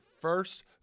first